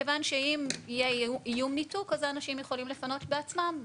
כיוון שאם יהיה ניתוק, אנשים יכולים לפנות בעצמם.